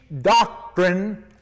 doctrine